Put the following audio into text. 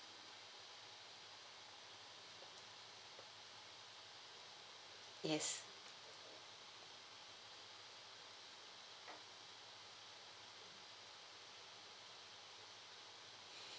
yes